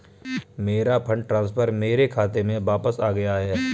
मेरा fund transfer मेरे खाते में वापस आ गया है